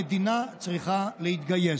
המדינה צריכה להתגייס.